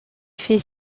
fait